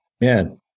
man